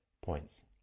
points